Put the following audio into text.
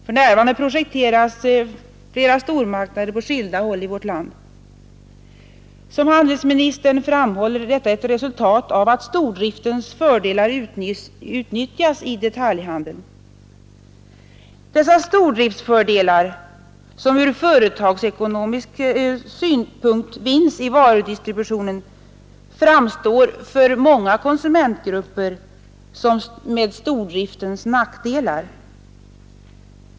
För närvarande projekteras flera stormarknader på skilda håll i vårt land. Som handelsministern framhåller är detta ett resultat av att stordriftens fördelar utnyttjas i detaljhandeln. Dessa stordriftens fördelar, som ur företagsekonomisk synpunkt vinns i varudistributionen, framstår för många konsumentgrupper som stordriftens nackdelar.